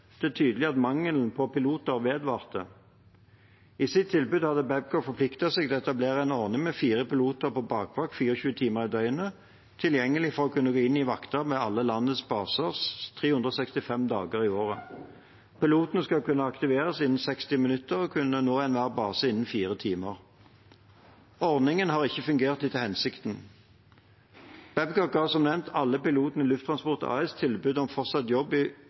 det tydelig at mangelen på piloter vedvarte. I sitt tilbud har Babcock forpliktet seg til å etablere en ordning med fire piloter på bakvakt 24 timer i døgnet, tilgjengelig for å kunne gå inn i vakter ved alle landets baser 365 dager i året. Pilotene skal kunne aktiveres innen 60 minutter og kunne nå enhver base innen 4 timer. Ordningen har ikke fungert etter hensikten. Babcock ga som nevnt alle pilotene i Lufttransport AS tilbud om fortsatt jobb i